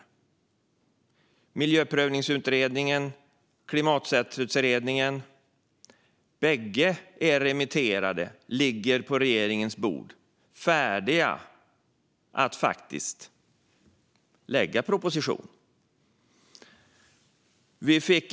Både Miljöprövningsutredningen och Klimaträttsutredningen är remitterade och ligger på regeringens bord, färdiga att göra propositioner av.